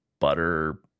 butter